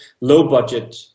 low-budget